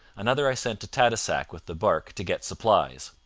another i sent to tadoussac with the barque to get supplies.